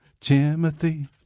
Timothy